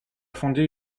fondé